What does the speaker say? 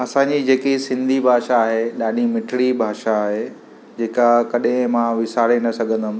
असांजी जेकी सिंधी भाषा आहे ॾाढी मिठिड़ी भाषा आहे जेका कॾहिं मां विसारे न सघंदुमि